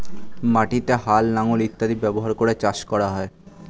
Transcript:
মাটিতে হাল, লাঙল ইত্যাদি ব্যবহার করে চাষ করা হয়